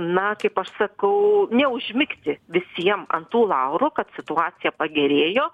na kaip aš sakau neužmigti visiem ant tų laurų kad situacija pagerėjo